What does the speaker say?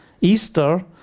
Easter